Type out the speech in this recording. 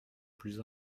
plus